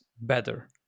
better